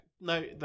No